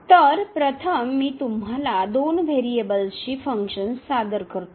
तर प्रथम मी तुम्हाला दोन व्हेरिएबल्सची फंक्शन्स सादर करतो